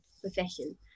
profession